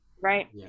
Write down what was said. right